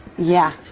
yeah.